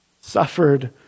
Suffered